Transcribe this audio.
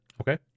okay